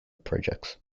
projects